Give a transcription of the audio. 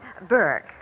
Burke